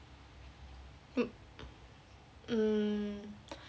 mm